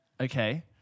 Okay